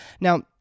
Now